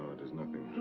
it is nothing.